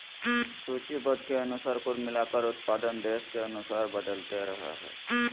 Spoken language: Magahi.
सूचीबद्ध के अनुसार कुल मिलाकर उत्पादन देश के अनुसार बदलते रहइ हइ